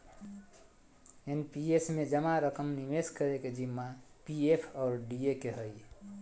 NPS में जमा रकम निवेश करे के जिम्मा पी.एफ और डी.ए के हइ